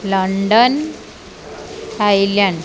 London Thailand